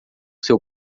seu